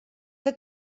que